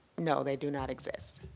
no, they do not exist.